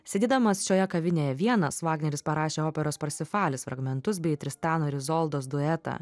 sėdėdamas šioje kavinėje vienas vagneris parašė operos parsifalis fragmentus bei tristano ir izoldos duetą